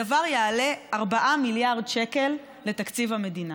הדבר יעלה 4 מיליארד שקל מתקציב המדינה,